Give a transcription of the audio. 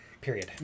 Period